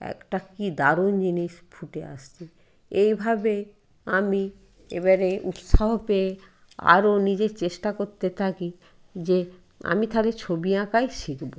একটা কি দারুণ জিনিস ফুটে আসছে এইভাবে আমি এবারে উৎসাহ পেয়ে আরো নিজের চেষ্টা করতে থাকি যে আমি তাহলে ছবি আঁকাই শিখবো